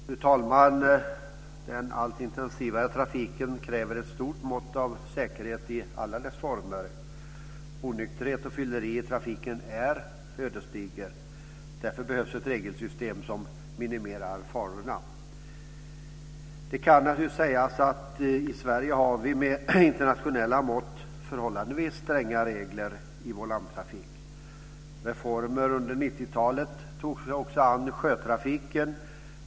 Fru talman! Den allt intensivare trafiken kräver ett stort mått av säkerhet i alla dess former. Onykterhet och fylleri i trafiken är ödesdigert. Därför behövs ett regelsystem som minimerar farorna. Det kan naturligtvis sägas att vi i Sverige med internationella mått har förhållandevis stränga regler i vår landtrafik. Reformer under 90-talet tog sig också an sjötrafiken.